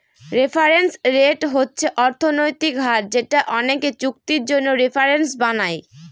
reference rate হচ্ছে অর্থনৈতিক হার যেটা অনেকে চুক্তির জন্য রেফারেন্স বানায়